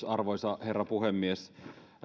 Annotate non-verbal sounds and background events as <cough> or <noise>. <unintelligible> arvoisa herra puhemies